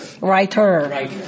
writer